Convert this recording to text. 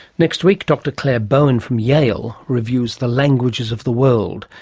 next week dr claire bowern from yale reviews the languages of the world,